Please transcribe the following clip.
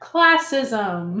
Classism